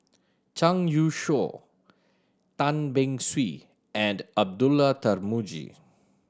Zhang Youshuo Tan Beng Swee and Abdullah Tarmugi